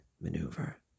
maneuver